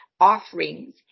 offerings